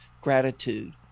gratitude